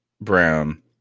Brown